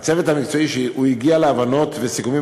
הצוות המקצועי הגיע להבנות וסיכומים